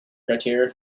criteria